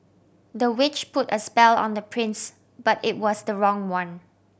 the witch put a spell on the prince but it was the wrong one